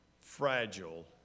fragile